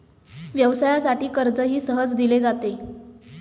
व्यवसायासाठी कर्जही सहज दिले जाते